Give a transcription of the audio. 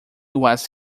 was